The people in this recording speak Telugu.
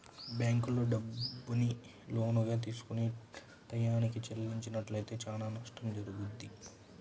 బ్యేంకుల్లో డబ్బుని లోనుగా తీసుకొని టైయ్యానికి చెల్లించనట్లయితే చానా నష్టం జరుగుద్ది